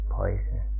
poison